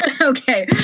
okay